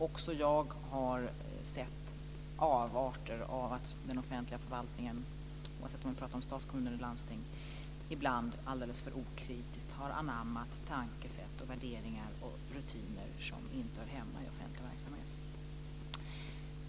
Också jag har sett avarter av att den offentliga förvaltningen, oavsett om vi pratar om stat, kommun eller landsting, ibland alldeles för okritiskt har anammat tankesätt, värderingar och rutiner som inte hör hemma i offentlig verksamhet.